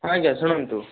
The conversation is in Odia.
ହଁ ଆଜ୍ଞା ଶୁଣନ୍ତୁ